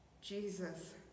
jesus